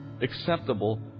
acceptable